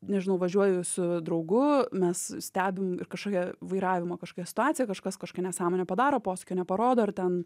nežinau važiuoju su draugu mes stebim ir kažkokia vairavimo kažkokia situacija kažkas kažkokią nesąmonę padaro posūkio neparodo ir ten